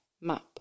map